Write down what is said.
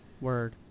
Word